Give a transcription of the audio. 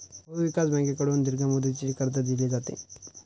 भूविकास बँकेकडून दीर्घ मुदतीचे कर्ज दिले जाते